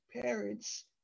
parents